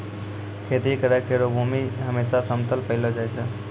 खेती करै केरो भूमि हमेसा समतल पैलो जाय छै